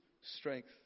strength